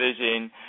vision